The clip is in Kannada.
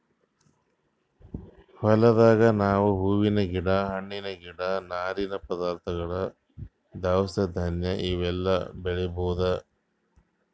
ಹೊಲ್ದಾಗ್ ನಾವ್ ಹೂವಿನ್ ಗಿಡ ಹಣ್ಣಿನ್ ಗಿಡ ನಾರಿನ್ ಪದಾರ್ಥಗೊಳ್ ದವಸ ಧಾನ್ಯ ಇವೆಲ್ಲಾ ಬೆಳಿಬಹುದ್